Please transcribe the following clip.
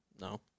No